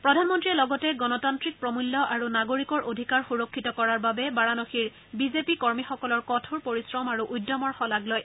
প্ৰধানমন্ত্ৰীয়ে লগতে গণতান্ত্ৰিক প্ৰমূল্য আৰু নাগৰিকৰ অধিকাৰ সুৰক্ষিত কৰাৰ বাবে বাৰানসীৰ বিজেপি কৰ্মীসকলৰ কঠোৰ পৰিশ্ৰম উদ্যমৰ শলাগ লয়